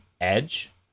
edge